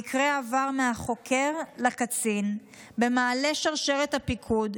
המקרה עבר מהחוקר לקצין במעלה שרשרת הפיקוד,